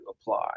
apply